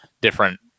different